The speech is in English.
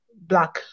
black